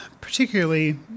particularly